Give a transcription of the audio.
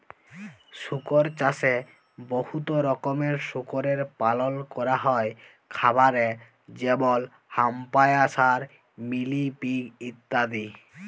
শুকর চাষে বহুত রকমের শুকরের পালল ক্যরা হ্যয় খামারে যেমল হ্যাম্পশায়ার, মিলি পিগ ইত্যাদি